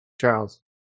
Charles